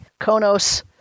Konos